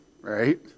Right